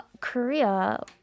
Korea